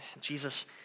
Jesus